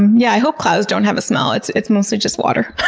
yeah. i hope clouds don't have a smell. it's it's mostly just water.